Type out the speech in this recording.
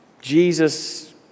Jesus